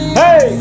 hey